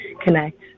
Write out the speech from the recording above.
connect